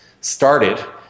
started